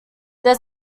their